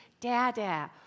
dada